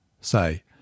say